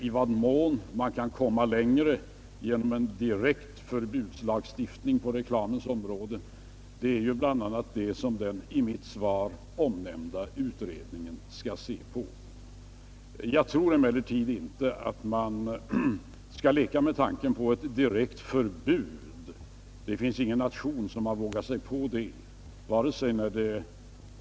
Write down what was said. I vad mån man kan komma längre genom en direkt förbudslagstiftning på reklamens område tillhör ju det som den i mitt svar omnämnda utredningen skall överväga. Jag tror emellertid inte att man bör leka med tanken på ett direkt förbud. Ingen nation har vågat sig på det.